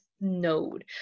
Node